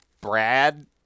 Brad